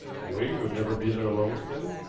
ewing would never be there alone, then?